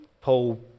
Paul